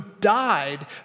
died